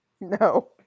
No